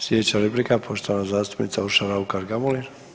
Sljedeća replika poštovana zastupnica Urša Raukar Gamulin.